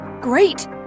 Great